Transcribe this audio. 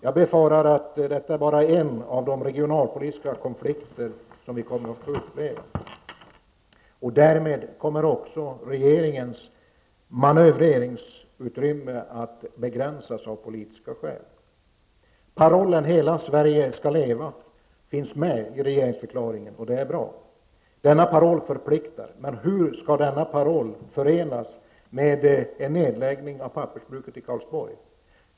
Jag befarar att detta bara är en av de regionalpolitiska konflikter som vi kommer att få uppleva. Därmed kommer också regeringens manövreringsutrymme att begränsas av politiska skäl. Parollen Hela Sverige skall leva finns med i regeringsförklaringen, och det är bra. Denna paroll förpliktar, men hur skall den kunna förenas med en nedläggning av pappersbruket i Karlsborg?